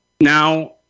now